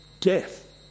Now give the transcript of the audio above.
death